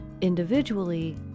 individually